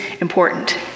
important